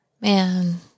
man